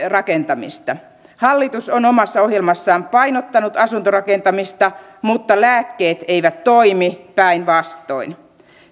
rakentamista hallitus on omassa ohjelmassaan painottanut asuntorakentamista mutta lääkkeet eivät toimi päinvastoin